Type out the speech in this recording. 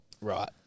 Right